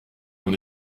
dans